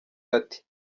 ati